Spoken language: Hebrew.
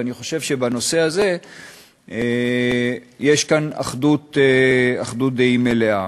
ואני חושב שבנושא הזה יש כאן אחדות דעים מלאה.